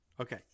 Okay